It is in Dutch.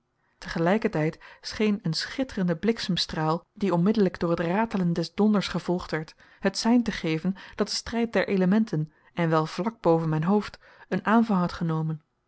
tijd scheen een schitterende bliksemstraal die onmiddellijk door het ratelen des donders gevolgd werd het sein te geven dat de strijd der elementen en wel vlak boven mijn hoofd een aanvang had genomen